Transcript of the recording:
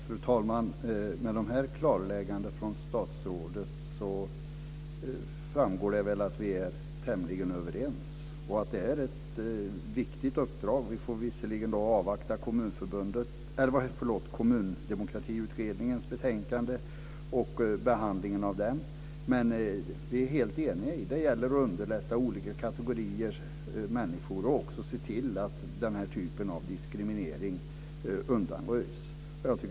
Fru talman! Med det här klarläggandet från statsrådet framgår det att vi är tämligen överens och att det är ett viktigt uppdrag. Vi får visserligen avvakta Kommundemokratikommitténs betänkande och behandlingen av den. Men vi är helt eniga. Det gäller att underlätta för olika kategorier av människor och att även se till att den här typen av diskriminering undanröjs.